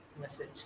Message